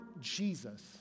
Jesus